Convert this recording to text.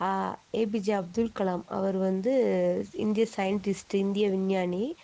APJ Abdul Kalam அவர் வந்து இந்திய scientist இந்திய விஞ்ஞானி